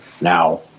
now